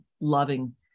loving